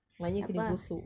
one ya kena gosok